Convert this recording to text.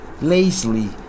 lazily